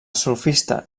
sofista